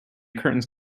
curtains